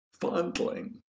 fondling